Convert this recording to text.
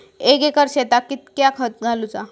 एक एकर शेताक कीतक्या खत घालूचा?